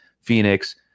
Phoenix